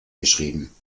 geschrieben